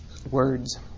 Words